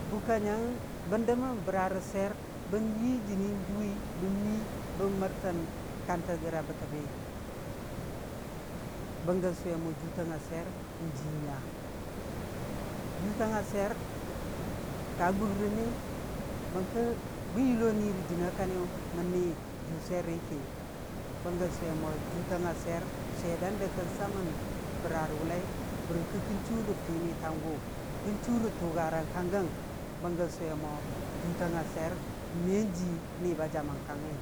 Bukka nyangngəng, bən dəmən yii jɨnii juuwii bən mii bən mərtən kantə gəra bətəbi, bənggə sʊwe mo juutang a swiyer n'jii nya. Juutang a swiyer ka gugrə ni, bəngkə bən yullo ni rə jɨna kaniyu mən ni juu swiyeri ki, bənggən sʊwer mo juutang a swiyer, swiyer dandə kən samən, bəra rə wʊllai, bərkə kən chuu rə fImitan gʊ, kən chuu rə tʊgarang ka gəng, bənggə sʊwe mo juutang a swiyer men jii ni ba jamən kangngi,